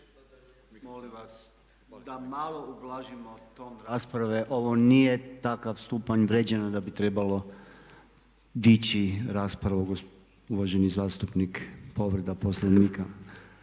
Molim vas da malo ublažimo ton rasprave. Ovo nije takav stupanj vrijeđanja da bi trebalo dići raspravu. Uvaženi zastupnik, povreda Poslovnika.